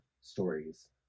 stories